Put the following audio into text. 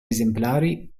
esemplari